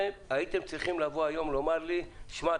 הייתם צריכים לבוא היום ולומר לי: שמע,